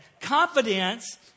Confidence